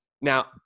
now